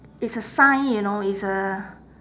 it's a sign you know it's a